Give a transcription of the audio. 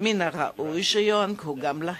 מן הראוי שיוענקו גם להם.